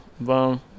Boom